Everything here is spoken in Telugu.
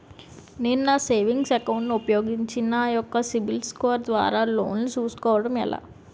నేను నా సేవింగ్స్ అకౌంట్ ను ఉపయోగించి నా యెక్క సిబిల్ స్కోర్ ద్వారా లోన్తీ సుకోవడం ఎలా?